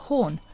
Horn